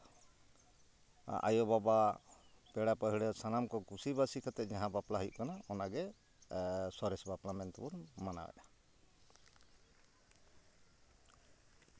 ᱟᱭᱚ ᱵᱟᱵᱟ ᱯᱮᱲᱟᱼᱯᱟᱺᱦᱲᱟᱹ ᱥᱟᱱᱟᱢ ᱠᱚ ᱠᱩᱥᱤ ᱵᱟᱥᱤ ᱠᱟᱛᱮ ᱡᱟᱦᱟᱸ ᱵᱟᱯᱞᱟ ᱦᱩᱭᱩᱜ ᱠᱟᱱᱟ ᱚᱱᱟᱜᱮ ᱥᱚᱨᱮᱥ ᱵᱟᱯᱞᱟ ᱢᱮᱱᱛᱮᱵᱚᱱ ᱢᱟᱱᱟᱣᱮᱜᱼᱟ